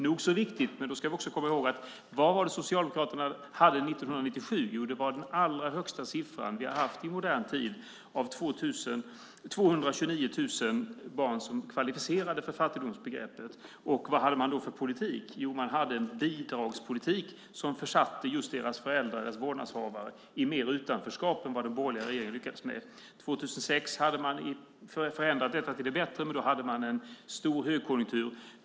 Nog så viktigt, men då ska vi också komma ihåg vad det var Socialdemokraterna hade 1997. Det var den allra högsta siffran vi har haft i modern tid, nämligen 229 000 barn som var kvalificerade för fattigdomsbegreppet. Vad hade man då för politik? Jo, man hade en bidragspolitik som försatte deras föräldrar, deras vårdnadshavare i mer utanförskap än den borgerliga regeringen lyckades med. År 2006 hade man förändrat detta till det bättre, men då hade man en stor högkonjunktur.